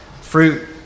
fruit